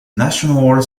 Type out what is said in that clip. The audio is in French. national